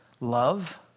love